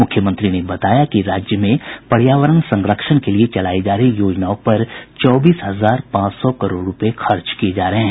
मुख्यमंत्री ने बताया कि राज्य में पर्यावरण संरक्षण के लिए चलायी जा रही योजनाओं पर चौबीस हजार पांच सौ करोड़ रूपये खर्च किये जा रहे हैं